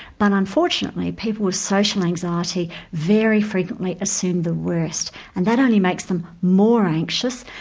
but unfortunately people with social anxiety very frequently assume the worse and that only makes them more anxious,